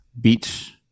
beach